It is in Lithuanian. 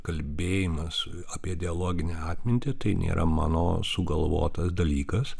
kalbėjimas apie dialoginę atmintį tai nėra mano sugalvotas dalykas